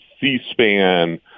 C-SPAN